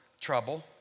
trouble